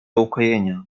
ukojenia